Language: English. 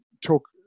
talk